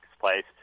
place